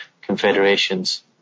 Confederations